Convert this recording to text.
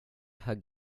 hug